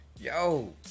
Yo